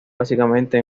básicamente